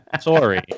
Sorry